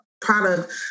product